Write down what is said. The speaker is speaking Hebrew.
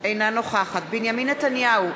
אינה נוכחת בנימין נתניהו,